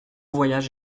voyage